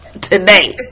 today